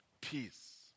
peace